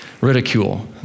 ridicule